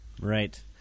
Right